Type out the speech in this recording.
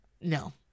No